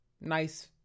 nice